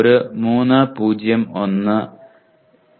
ഒരു 3 0 1